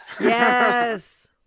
Yes